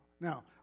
Now